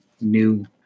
new